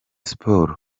sports